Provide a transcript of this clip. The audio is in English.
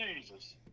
Jesus